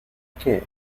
qué